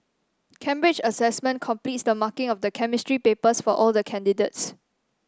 Cambridge Assessment completes the marking of the Chemistry papers for all the candidates